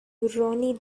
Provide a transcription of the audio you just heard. roni